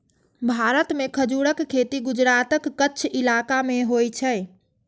भारत मे खजूरक खेती गुजरातक कच्छ इलाका मे होइ छै